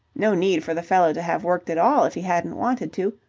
no need for the fellow to have worked at all, if he hadn't wanted to.